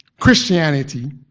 Christianity